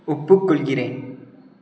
ஒப்புக்கொள்கிறேன்